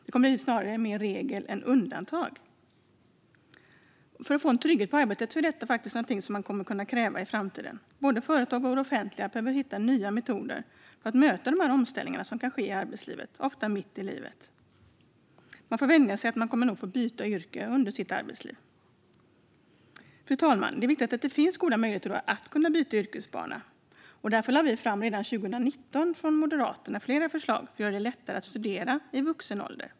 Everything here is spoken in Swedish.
Det kommer snarare att vara mer regel än undantag. För att få trygghet i arbetslivet är detta något som man kommer att behöva kräva i framtiden. Både företag och det offentliga behöver hitta nya metoder för att möta de omställningar som kan ske i arbetslivet och ofta mitt i livet. Man får vänja sig vid att man nog kommer att få byta yrke under sitt arbetsliv. Fru talman! Det är viktigt att det finns goda möjligheter att byta yrkesbana. Därför lade Moderaterna redan 2019 fram flera förslag för att det skulle bli lättare att studera i vuxen ålder.